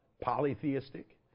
polytheistic